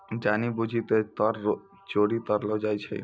जानि बुझि के कर चोरी करलो जाय छै